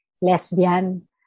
lesbian